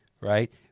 right